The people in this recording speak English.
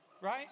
right